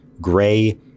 Gray